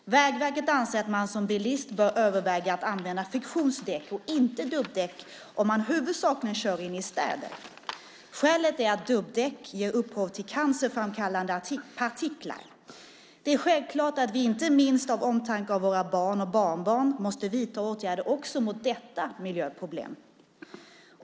Vägverket anser att man som bilist bör överväga att använda friktionsdäck och inte dubbdäck om man huvudsakligen kör inne i städer. Skälet är att dubbdäck ger upphov till cancerframkallande partiklar. Det är självklart att vi inte minst av omtanke om våra barn och barnbarn måste vidta åtgärder också mot detta miljöproblem.